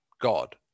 god